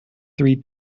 three